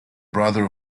brother